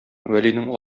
вәлинең